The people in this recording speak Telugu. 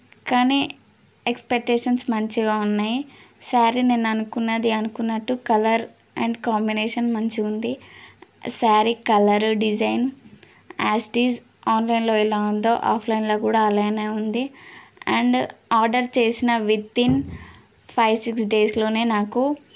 కానీ ఎక్స్పెక్టషన్స్ మంచిగా ఉన్నాయి స్యారీ నేను అనుకున్నది అనుకున్నట్టు కలర్ అండ్ కాంబినేషన్ మంచిగా ఉంది sari colour design as it is ఆన్లైన్లో ఎలా ఉందో ఆఫ్లైన్లో కూడా అలాగనే ఉంది అండ్ ఆర్డర్ చేసిన విత్ఇన్ ఫైవ్ సిక్స్ డేస్లోనే నాకు